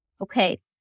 okay